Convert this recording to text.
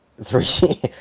three